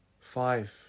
five